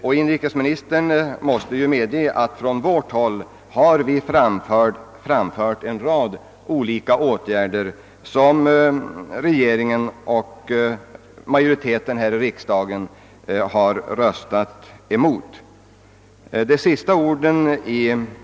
Och inrikesministern måste väl medge att vi från vårt håll har framfört en hel rad förslag på åtgärder, som regeringen och riksdagens majoritet har gått emot.